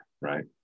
right